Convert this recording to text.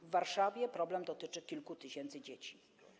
W Warszawie problem dotyczy kilku tysięcy dzieci.